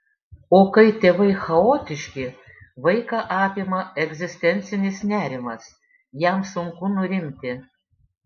o kai tėvai chaotiški vaiką apima egzistencinis nerimas jam sunku nurimti